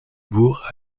bourg